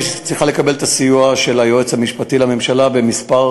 היא צריכה לקבל את הסיוע של היועץ המשפטי לממשלה בכמה,